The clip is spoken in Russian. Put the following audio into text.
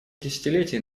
десятилетий